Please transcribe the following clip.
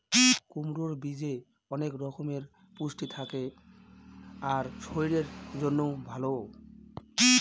কুমড়োর বীজে অনেক রকমের পুষ্টি থাকে আর শরীরের জন্যও ভালো